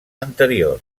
anterior